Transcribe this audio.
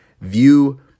view